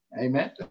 amen